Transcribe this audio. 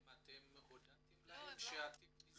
האם הודעתם להם שהתיק נסגר?